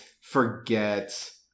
forget